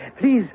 Please